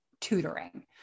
tutoring